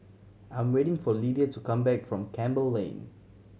I'm waiting for Lydia to come back from Campbell Lane